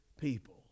people